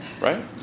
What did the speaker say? right